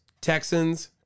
Texans